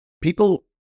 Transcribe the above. people